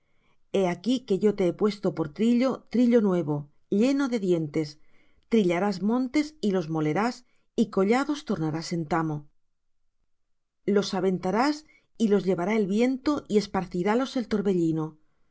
he aquí que yo te he puesto por trillo trillo nuevo lleno de dientes trillarás montes y los molerás y collados tornarás en tamo los aventarás y los llevará el viento y esparcirálos el torbellino tú